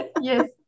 Yes